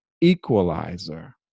equalizer